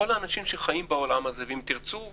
כל האנשים שחיים בעולם הזה, קראו שירי מחאה.